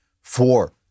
Four